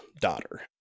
daughter